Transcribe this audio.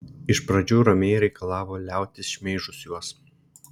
iš pradžių ramiai reikalavo liautis šmeižus juos